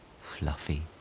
fluffy